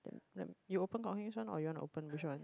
you open Kok-Hengs one or you want to open which one